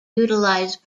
utilize